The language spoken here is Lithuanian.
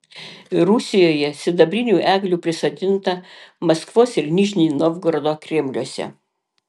rusijoje sidabrinių eglių prisodinta maskvos ir nižnij novgorodo kremliuose